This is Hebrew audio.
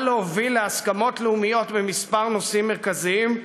להוביל להסכמות לאומיות בכמה נושאים מרכזיים,